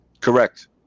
Correct